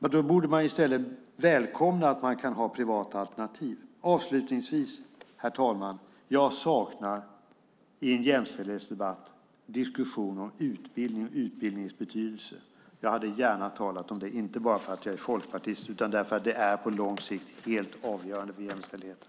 I stället borde man välkomna att det kan finnas privata alternativ. Avslutningsvis, herr talman, vill jag nämna att jag i en jämställdhetsdebatt saknar diskussionen om utbildning och dess betydelse. Jag hade gärna talat om det, inte bara för att jag är folkpartist utan också för att det på lång sikt är helt avgörande för jämställdheten.